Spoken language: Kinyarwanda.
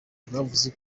bwavuze